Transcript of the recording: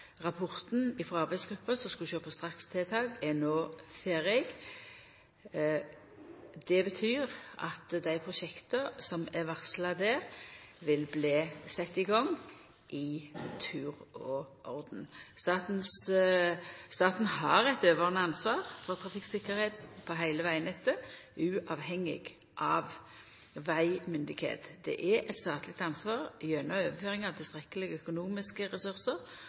Rapporten frå arbeidsgruppa som skulle sjå på strakstiltak, er no ferdig. Det betyr at dei prosjekta som er varsla der, vil bli sette i gang i tur og orden. Staten har eit overordna ansvar for trafikktryggleiken på heile vegnettet, uavhengig av vegmyndigheit. Det er eit statleg ansvar gjennom overføring av tilstrekkelege økonomiske ressursar